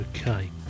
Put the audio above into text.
Okay